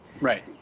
Right